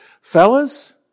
Fellas